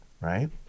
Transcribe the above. right